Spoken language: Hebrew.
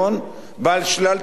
בעל שלל תפקידים,